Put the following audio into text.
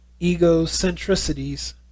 egocentricities